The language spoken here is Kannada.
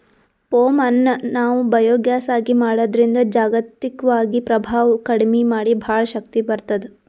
ಪೋಮ್ ಅನ್ನ್ ನಾವ್ ಬಯೋಗ್ಯಾಸ್ ಆಗಿ ಮಾಡದ್ರಿನ್ದ್ ಜಾಗತಿಕ್ವಾಗಿ ಪ್ರಭಾವ್ ಕಡಿಮಿ ಮಾಡಿ ಭಾಳ್ ಶಕ್ತಿ ಬರ್ತ್ತದ